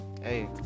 hey